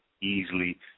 easily